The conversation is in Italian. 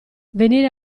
venire